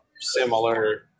similar